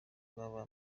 rwabaye